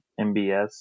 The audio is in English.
MBS